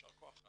יישר כח.